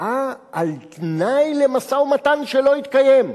הקפאה על תנאי למשא-ומתן שלא התקיים.